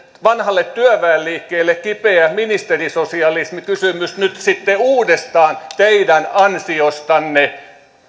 vanhalle työväenliikkeelle kipeä ministerisosialismikysymys nyt sitten uudestaan teidän ansiostanne